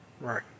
Right